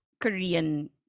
Korean